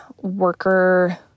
worker